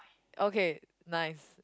okay nice